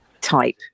type